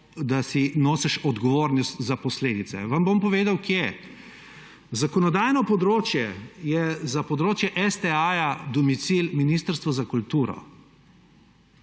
da nosiš odgovornost za posledice. Vam bom povedal, kje. Zakonodajno področje je za področje STA domicil Ministrstva za kulturo.